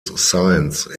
science